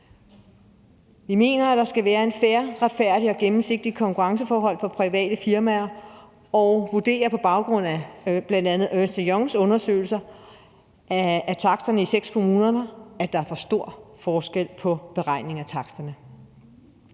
Vi mener, at der skal være fair, retfærdige og gennemsigtige konkurrenceforhold for private firmaer, og vurderer på baggrund af bl.a. Ernst & Youngs undersøgelse af taksterne i seks kommuner, at der er for stor forskel på beregningen af taksterne.